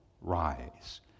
rise